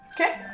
Okay